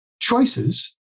choices